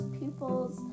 pupils